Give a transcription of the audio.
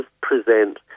present